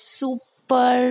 super